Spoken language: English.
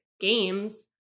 games